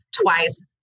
twice